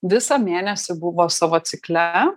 visą mėnesį buvo savo cikle